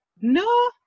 no